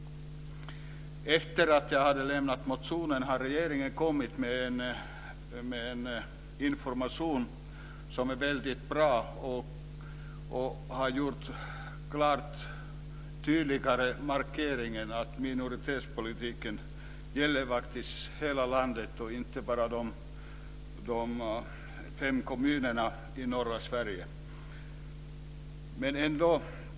Efter det att jag lämnat motionen har regeringen kommit med information som är väldigt bra. Man har tydligare markerat att minoritetspolitiken gäller hela landet och inte bara fem kommuner i norra Sverige.